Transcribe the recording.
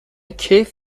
کیف